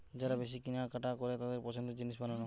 যারা বেশি কিনা কাটা করে তাদের পছন্দের জিনিস বানানো